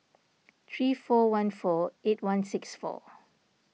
three four one four eight one six four